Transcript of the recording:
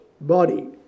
body